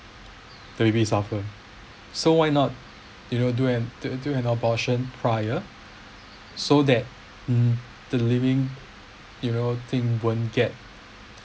the baby suffer so why not you know do an do an abortion prior so that the living you know thing won't get